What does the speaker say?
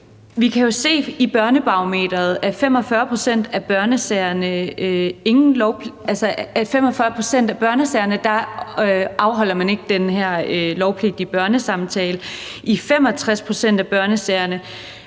Vi kan jo se på Børnesagsbarometeret, at i 45 pct. af børnesagerne afholder man ikke den her lovpligtige børnesamtale. I 65 pct. af børnesagerne